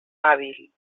hàbil